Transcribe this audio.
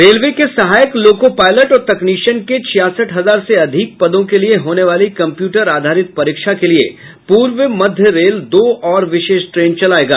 railway के सहायक loco pilot और तकनीशियन के छियासठ हजार से अधिक पदों के होने वाले कंप्यूटर आधारित परीक्षा के लिए पूर्व मध्य रेल दो और विशेष ट्रेन चलायेगा